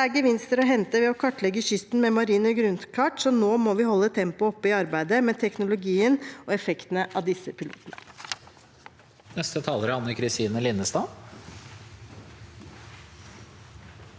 er gevinster å hente ved å kartlegge kysten med marine grunnkart, så nå må vi holde tempoet oppe i arbeidet med teknologien og effektene av disse pilotene.